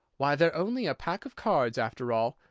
why, they're only a pack of cards, after all.